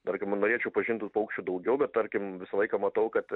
tarkim norėčiau pažint tų paukščių daugiau bet tarkim visą laiką matau kad